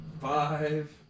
five